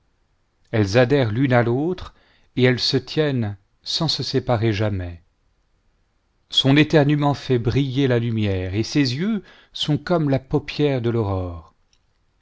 elles adhèrent l'une à l'autre et elles se tiennent sans se séparer jamais son éternuement fait briller la lumière et ses yeux sont comme la paupière de l'aurore